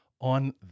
on